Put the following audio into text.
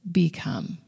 become